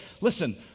listen